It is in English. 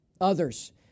others